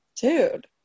Dude